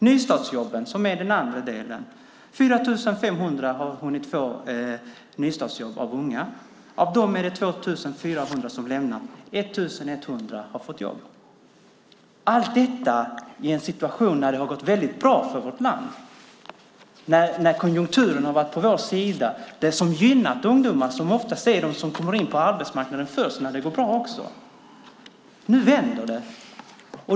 Nystartsjobben är den andra delen. 4 500 har hunnit få nystartsjobb av de unga. Av dem är det 2 400 som har lämnat. 1 100 har fått jobb. Allt detta har skett i en situation när det har gått väldigt bra för vårt land, när konjunkturen har varit på vår sida. Det gynnar ungdomar som oftast är de som kommer in först på arbetsmarknaden när det går bra. Nu vänder det.